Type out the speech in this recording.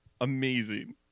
Amazing